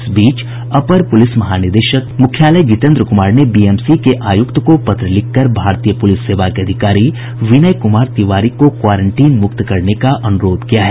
इस बीच अपर पुलिस महानिदेशक मुख्यालय जितेन्द्र कुमार ने बीएमसी के आयुक्त को पत्र लिखकर भारतीय पुलिस सेवा के अधिकारी विनय कुमार तिवारी को क्वारेंटीन मुक्त करने का अनुरोध किया है